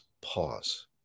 pause